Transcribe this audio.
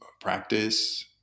practice